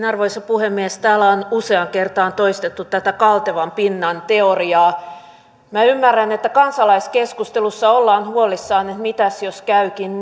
arvoisa puhemies täällä on useaan kertaan toistettu tätä kaltevan pinnan teoriaa minä ymmärrän että kansalaiskeskustelussa ollaan huolissaan että mitäs jos käykin